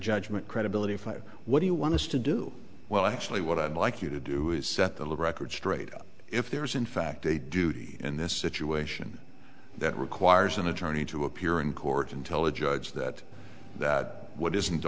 judgment credibility fight what do you want us to do well actually what i'd like you to do is set the record straight if there is in fact a duty in this situation that requires an attorney to appear in court intelligence that that what isn't